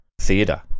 theatre